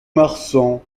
marsan